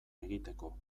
egiteko